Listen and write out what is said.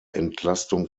entlastung